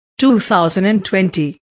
2020